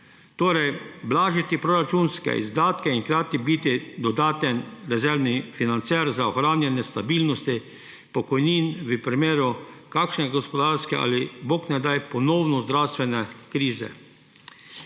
Torej, blažiti proračunske izdatke in hkrati biti dodaten rezervni financer za ohranjanje stabilnosti pokojnin v primeru kakšne gospodarske ali, bog ne daj, ponovno zdravstvene krize.